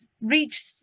reach